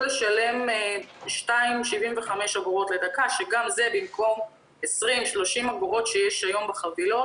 לשלם 2.75 אגורות לדקה שזה במקום 30-20 אגורות שיש היום בחבילות.